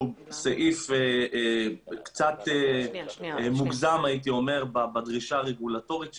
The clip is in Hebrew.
סעיף קצת מוגזם הייתי אומר בדרישה הרגולטורית שלו,